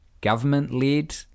government-led